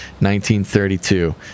1932